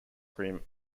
cream